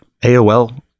AOL